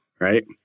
right